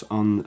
on